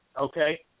Okay